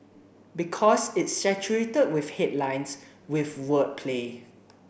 because it's saturated with headlines with wordplay